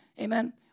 amen